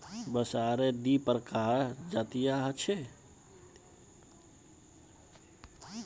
बांसेर दी प्रकारेर प्रजातियां ह छेक